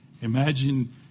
imagine